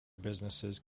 businesses